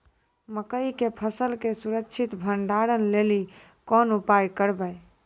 मकई के फसल के सुरक्षित भंडारण लेली कोंन उपाय करबै?